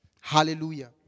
Hallelujah